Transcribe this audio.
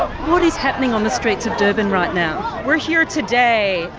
what is happening on the streets of durban right now? we're here today,